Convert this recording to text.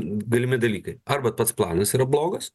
galimi dalykai arba pats planas yra blogas